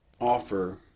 offer